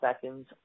seconds